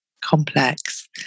complex